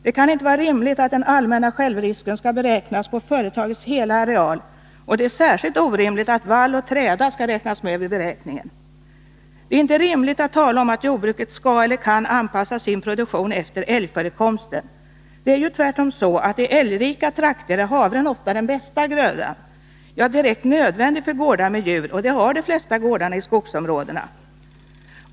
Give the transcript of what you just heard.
Det kan inte vara rimligt att den allmänna självrisken skall beräknas på företagets hela areal, och det är särskilt orimligt att vall och träda skall tas med i beräkningen. Det är inte rimligt att tala om att jordbruket skall eller kan anpassa sin produktion efter älgförekomsten. Det är ju tvärtom så att i älgrika trakter är havren ofta den bästa grödan, ja den är direkt nödvändig för gårdar med djur, och det har de flesta gårdarna i skogsområdena.